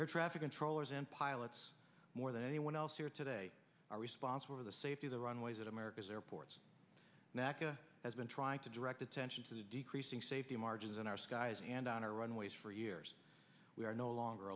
air traffic controllers and pilots more than anyone else here today are responsible for the safety of the runways at america's airports macca has been trying to direct attention to decreasing safety margins in our skies and on our runways for years we are no longer